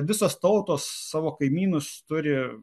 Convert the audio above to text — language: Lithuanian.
visos tautos savo kaimynus turi